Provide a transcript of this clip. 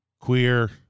queer